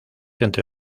entre